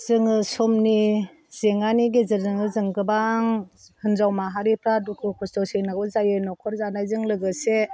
जोङो समनि जेंनानि गेजेरजोंनो जों गोबां होन्जाव माहारिफ्रा दुखु खस्थ सैनांगौ जायो नखर जानायजों लोगोसे